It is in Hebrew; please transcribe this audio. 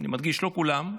אני מדגיש, לא כולם,